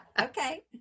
Okay